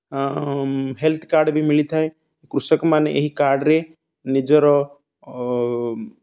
health card ବି ମିଳିଥାଏ କୃଷକମାନେ ଏହି କାର୍ଡ଼୍ରେ ନିଜର